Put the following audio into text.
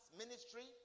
ministry